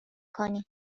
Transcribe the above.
کنی